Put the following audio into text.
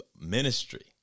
ministry